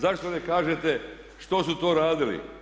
Zašto ne kažete što su to radili?